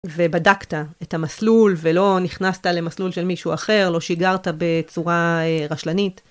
ובדקת את המסלול ולא נכנסת למסלול של מישהו אחר, לא שיגרת בצורה רשלנית.